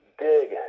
dig